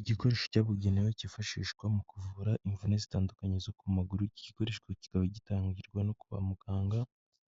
Igikoresho cyabugenewe cyifashishwa mu kuvura imvune zitandukanye zo ku maguru, iki gikoresho kikaba gitangirwa no kwa muganga,